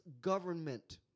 government